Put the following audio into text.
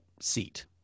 seat